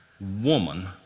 woman